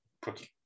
protein